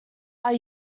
are